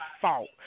fault